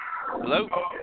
Hello